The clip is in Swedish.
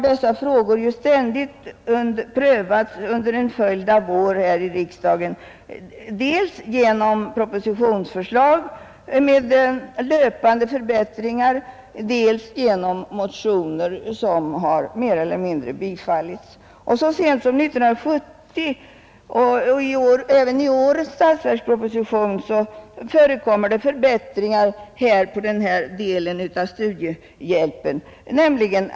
Dessa frågor har prövats under en följd av år här i riksdagen dels med anledning av propositioner med förslag till löpande förbättringar, dels med anledning av motioner som i vissa stycken har bifallits. Så sent som 1970 föreslogs förbättringar i fråga om denna del av studiehjälpen.